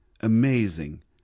Amazing